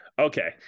Okay